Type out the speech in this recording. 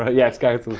ah yeah, scouts as